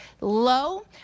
low